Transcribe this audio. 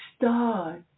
star